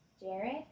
Jared